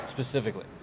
specifically